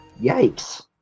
yikes